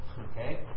Okay